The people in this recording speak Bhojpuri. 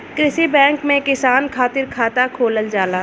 कृषि बैंक में किसान खातिर खाता खोलल जाला